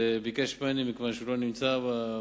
שביקש ממני להשיב בשמו מכיוון שהוא לא נמצא בארץ.